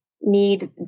need